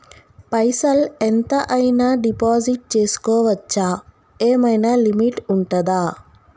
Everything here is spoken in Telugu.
పైసల్ ఎంత అయినా డిపాజిట్ చేస్కోవచ్చా? ఏమైనా లిమిట్ ఉంటదా?